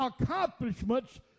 accomplishments